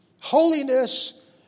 Holiness